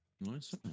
Nice